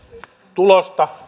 tulosta